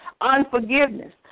Unforgiveness